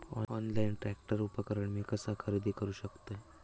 Online tractor उपकरण मी कसा खरेदी करू शकतय?